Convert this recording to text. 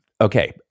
Okay